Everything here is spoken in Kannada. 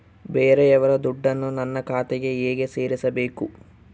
ಬೇರೆಯವರ ದುಡ್ಡನ್ನು ನನ್ನ ಖಾತೆಗೆ ಹೇಗೆ ಸೇರಿಸಬೇಕು?